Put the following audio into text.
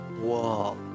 wow